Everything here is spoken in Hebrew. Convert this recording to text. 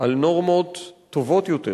על נורמות טובות יותר